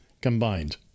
combined